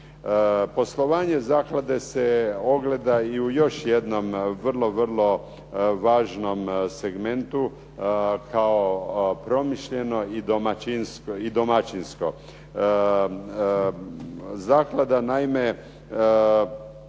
Poslovanje zaklade se ogleda i u još jednom vrlo, vrlo važnom segmentu kao promišljeno i domaćinsko.